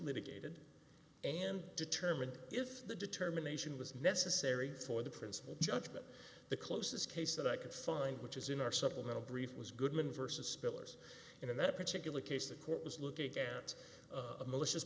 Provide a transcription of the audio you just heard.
litigated and determine if the determination was necessary for the principle judgement the closest case that i could find which is in our supplemental brief was goodman versus spillers and in that particular case the court was looking at kant's a malicious